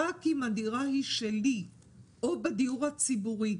רק אם הדירה היא שלי או בדיור הציבורי.